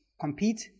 compete